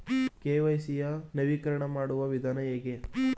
KYC ಯ ನವೀಕರಣ ಮಾಡುವ ವಿಧಾನ ಹೇಗೆ?